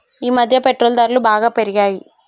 ఈమధ్య పెట్రోల్ ధరలు బాగా పెరిగాయి